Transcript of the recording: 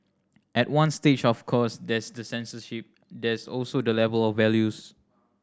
at one stage of course there's the censorship there's also the level of values